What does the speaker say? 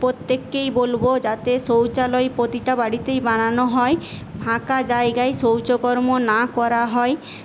প্রত্যেককেই বলব যাতে শৌচালয় প্রতিটা বাড়িতেই বানানো হয় ফাঁকা জায়গায় শৌচকর্ম না করা হয়